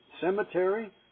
cemetery